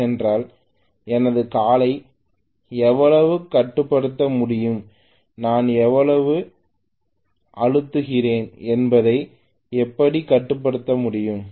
ஏனென்றால் எனது காலை எவ்வளவு கட்டுப்படுத்த முடியும் நான் எவ்வளவு அழுத்துகிறேன் என்பதைப் எப்படி கட்டுப்படுத்த முடியும்